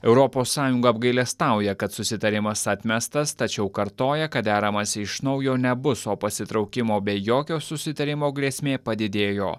europos sąjunga apgailestauja kad susitarimas atmestas tačiau kartoja kad deramasi iš naujo nebus o pasitraukimo be jokio susitarimo grėsmė padidėjo